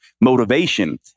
motivation